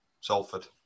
Salford